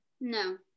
no